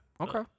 Okay